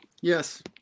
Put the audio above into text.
Yes